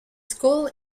school